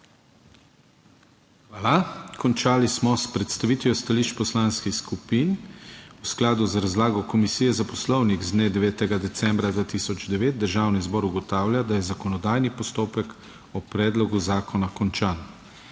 Hvala. Končali smo s predstavitvijo stališč poslanskih skupin. V skladu z razlago Komisije za Poslovnik z dne 9. decembra 2009 Državni zbor ugotavlja, da je zakonodajni postopek o predlogu zakona končan.